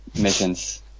missions